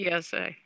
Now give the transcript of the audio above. PSA